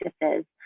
practices